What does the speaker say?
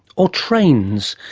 or trains?